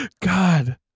God